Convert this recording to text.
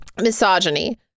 misogyny